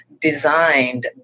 designed